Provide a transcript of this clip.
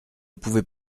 pouvait